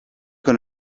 con